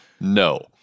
No